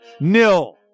Nil